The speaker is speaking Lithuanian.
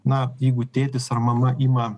na jeigu tėtis ar mama ima